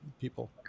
people